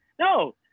no